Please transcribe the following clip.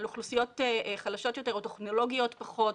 על אוכלוסיות חלשות יותר או טכנולוגיות פחות,